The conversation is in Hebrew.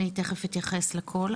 אני תכף אתייחס לכל.